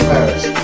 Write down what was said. Paris